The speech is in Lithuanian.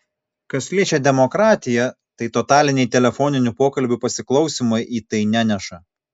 kas liečia demokratiją tai totaliniai telefoninių pokalbių pasiklausymai į tai neneša